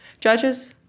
Judges